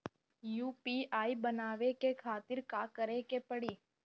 UPI बनावे के खातिर का करे के पड़ी?